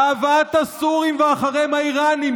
להבאת הסורים ואחריהם האיראנים.